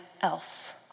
else